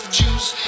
juice